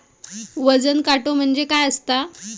वजन काटो म्हणजे काय असता?